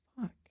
fuck